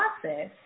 process